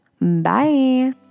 Bye